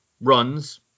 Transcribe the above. runs